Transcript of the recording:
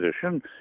position